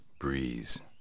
breeze